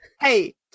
Hey